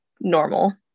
normal